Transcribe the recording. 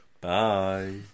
Bye